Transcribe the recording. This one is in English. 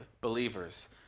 believers